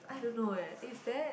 I don't know eh it's that